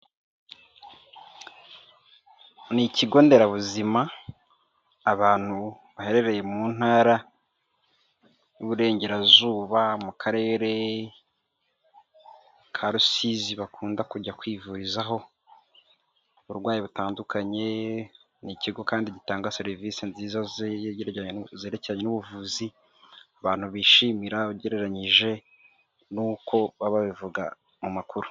Ni ikigo nderabuzima abantu baherereye mu ntara y'iburengerazuba mu karere ka Rusizi bakunda kujya kwivurizahouburwayi butandukanye, ni ikigo kandi gitanga serivise nziza zerekeranye, n'ubuvuzi abantu bishimira ugereranyije n'uko baba babivuga mu makuru.